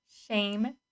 shame